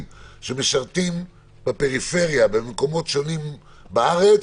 שמשרתים בפריפריה במקומות שונים בארץ